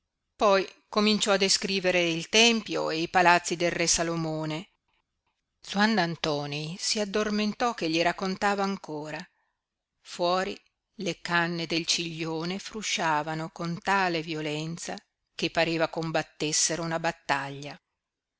poi cominciò a descrivere il tempio e i palazzi del re salomone zuannantoni si addormentò ch'egli raccontava ancora fuori le canne dei ciglione frusciavano con tale violenza che pareva combattessero una battaglia